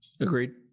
agreed